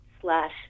slash